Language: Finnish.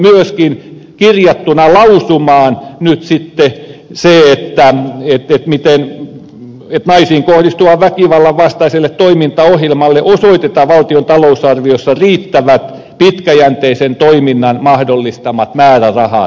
meillä on myöskin kirjattuna lausumaan nyt sitten se että naisiin kohdistuvan väkivallan vastaiselle toimintaohjelmalle osoitetaan valtion talousarvioissa riittävät pitkäjänteisen toiminnan mahdollistavat määrärahat